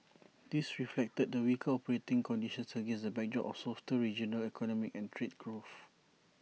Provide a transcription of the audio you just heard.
this reflected the weaker operating conditions against the backdrop of softer regional economic and trade growth